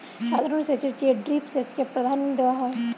সাধারণ সেচের চেয়ে ড্রিপ সেচকে প্রাধান্য দেওয়া হয়